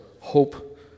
hope